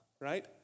right